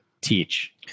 teach